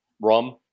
rum